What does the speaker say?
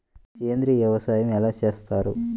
సేంద్రీయ వ్యవసాయం ఎలా చేస్తారు?